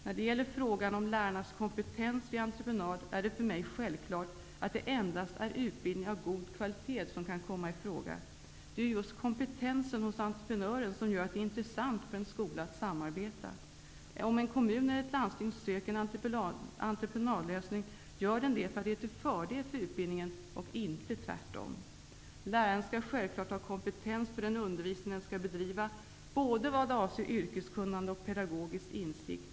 När det gäller frågan om lärarnas kompetens vid entreprenad är det för mig självklart att det endast är utbildning av god kvalitet som kan komma i fråga. Det är ju just kompetensen hos entreprenören som gör att det är intressant för en skola att samarbeta. Om en kommun eller ett landsting söker en entreprenadlösning gör den det för att det är till fördel för utbildningen, inte tvärtom. Läraren skall självklart ha kompetens för den undervisning den skall bedriva, både vad avser yrkeskunnande och pedagogisk insikt.